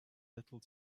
little